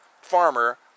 farmer